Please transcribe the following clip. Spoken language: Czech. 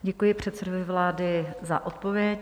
Děkuji předsedovi vlády za odpověď.